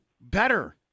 better